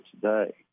today